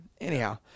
anyhow